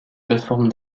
plateformes